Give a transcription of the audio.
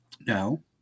No